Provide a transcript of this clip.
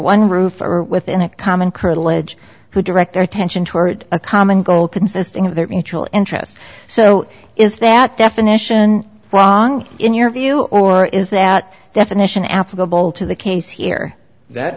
one roof or within a common kernel ledge who direct their attention toward a common goal consisting of their mutual interests so is that definition wrong in your view or is that definition applicable to the case here that